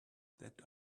that